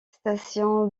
station